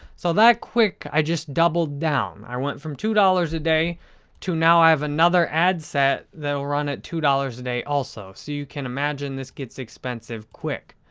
so, that quick, i just doubled down. i went from two dollars a day to now i have another ad set that will run at two dollars a day also, so you can imagine this gets expensive quick.